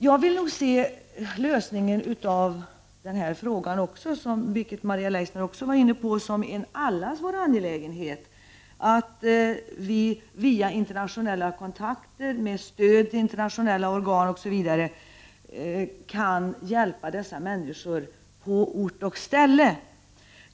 Jag vill nog se lösningen på den här frågan som en allas vår angelägenhet. Vi bör genom internationella kontakter och med stöd via internationella organ osv. hjälpa dessa människor på ort och ställe.